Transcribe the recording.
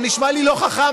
זה נשמע לי לא חכם,